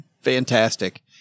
Fantastic